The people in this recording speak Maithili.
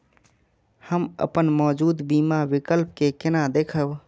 हम अपन मौजूद बीमा विकल्प के केना देखब?